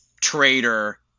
traitor